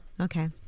Okay